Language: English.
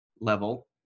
level